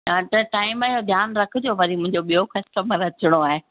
हा त टाइम जो ध्यानु रखिजो वरी मुंहिंजो ॿियो कस्टमर अचिणो आहे